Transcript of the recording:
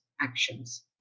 actions